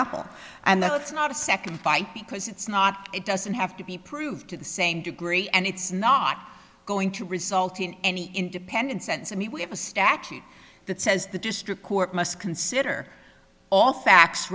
that's not a second fight because it's not it doesn't have to be proved to the same degree and it's not going to result in any independent sense i mean we have a statute that says the district court must consider all fac